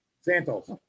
Santos